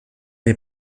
les